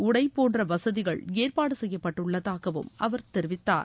உடை போன்ற வசதிகள் ஏற்பாடு செய்யப்பட்டுள்ளதாகவும் அவர் தெரிவித்தார்